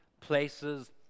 places